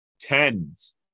tens